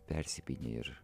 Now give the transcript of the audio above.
persipynę ir